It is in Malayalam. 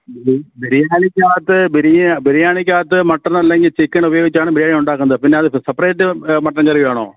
ബിരിയാണിയ്ക്കകത്ത് ബിരിയാണിയ്ക്കകത്ത് മട്ടൺ അല്ലെങ്കിൽ ചിക്കൻ ഉപയോഗിച്ചാണ് ബിരിയാണി ഉണ്ടാക്കുന്നത് പിന്നെ അത് സെപ്പറേറ്റ് മട്ടൻ കറി വേണോ